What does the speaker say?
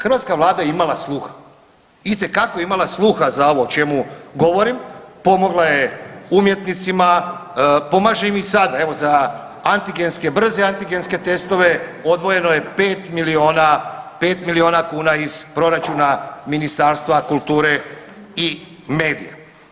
Hrvatska vlada je imala sluha, itekako je imala sluha za ovo o čemu govorim, pomogla je umjetnicima, pomaže im i sada, evo za antigenske, brze antigenske testove odvojeno je 5 milijuna, 5 milijuna kuna iz proračuna Ministarstva kulture i medija.